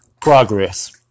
progress